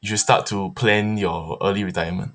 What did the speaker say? you should start to plan your early retirement